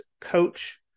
Coach